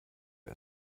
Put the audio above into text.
wir